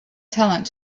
talent